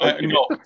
no